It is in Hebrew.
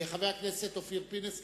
חבר הכנסת אופיר פינס,